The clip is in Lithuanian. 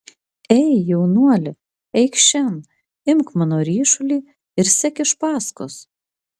ei jaunuoli eikš šen imk mano ryšulį ir sek iš paskos